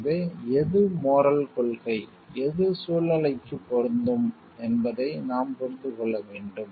எனவே எது மோரல் கொள்கை எது சூழ்நிலைக்கு பொருந்தும் என்பதை நாம் புரிந்து கொள்ள வேண்டும்